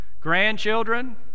Grandchildren